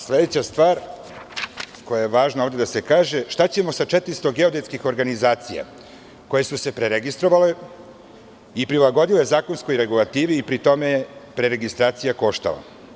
Sledeća stvar koja je važna ovde da se kaže, šta ćemo sa 400 geodetskih organizacija koje su se preregistrovale i prilagodile zakonskoj regulativi i pri tome preregistracija je koštala?